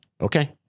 Okay